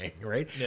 Right